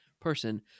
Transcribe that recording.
person